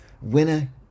winner